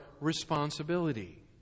responsibility